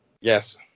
Yes